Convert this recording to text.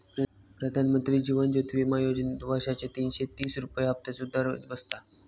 प्रधानमंत्री जीवन ज्योति विमा योजनेत वर्षाचे तीनशे तीस रुपये हफ्त्याचो दर बसता